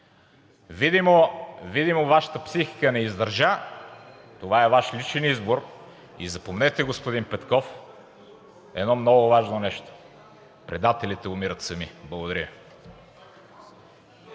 Видимо Вашата психика не издържа, това е Ваш личен избор и запомнете, господин Петков, едно много важно нещо: предателите умират сами! Благодаря